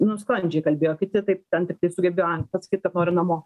nu sklandžiai kalbėjo kiti taip ten tiktai sugebėjo pasakyt kad nori namo